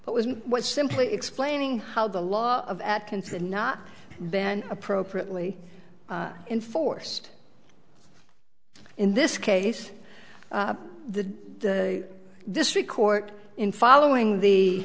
but was was simply explaining how the law of atkinson not been appropriately enforced in this case the district court in following the